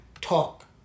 Talk